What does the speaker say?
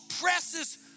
presses